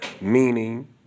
meaning